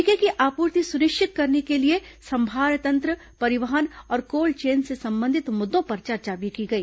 टीके की आपूर्ति सुनिश्चित करने के लिए संभारतंत्र परिवहन और कोल्ड चेन से संबंधित मुद्दों पर भी चर्चा की गई